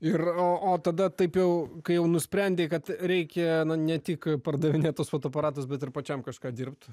ir o tada taip jau kai jau nusprendė kad reikia ne tik pardavinėt tuos fotoaparatas bet ir pačiam kažką dirbt